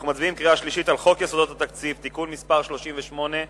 אנחנו מצביעים בקריאה שלישית על חוק יסודות התקציב (תיקון מס' 38),